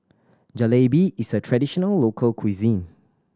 Jalebi is a traditional local cuisine